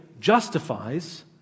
justifies